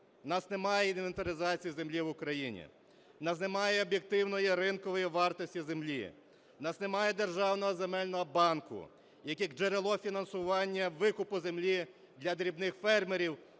нас немає інвентаризації землі в Україні, у нас немає об'єктивної ринкової вартості землі, у нас немає державного земельного банку як джерело фінансування викупу землі для дрібних фермерів,